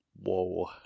Whoa